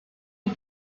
une